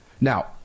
Now